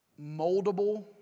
moldable